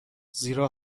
زیرا